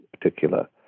particular